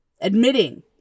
admitting